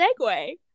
segue